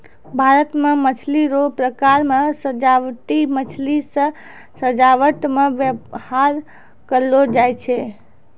भारत मे मछली रो प्रकार मे सजाबटी मछली जे सजाबट मे व्यवहार करलो जाय छै